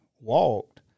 walked